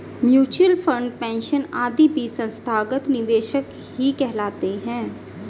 mutual fund, pension आदि भी संस्थागत निवेशक ही कहलाते हैं